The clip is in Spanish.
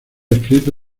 escrito